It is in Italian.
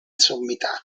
sommità